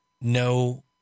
No